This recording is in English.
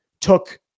took